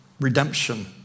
redemption